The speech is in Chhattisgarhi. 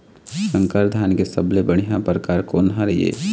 संकर धान के सबले बढ़िया परकार कोन हर ये?